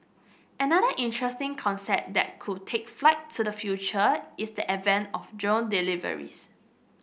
another interesting concept that could take flight to the future is the advent of drone deliveries